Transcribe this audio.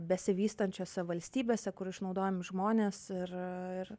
besivystančiose valstybėse kur išnaudojami žmonės ir ir